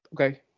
Okay